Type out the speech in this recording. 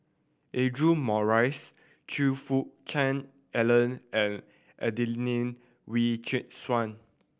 Audra Morrice Choe Fook Cheong Alan and Adelene Wee Chin Suan